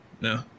No